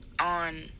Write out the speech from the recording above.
on